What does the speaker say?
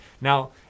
Now